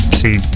see